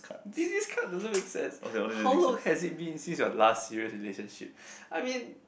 this this card doesn't make sense how long has it been since your last serious relationship I mean